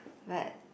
but